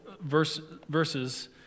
verses